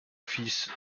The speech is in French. fils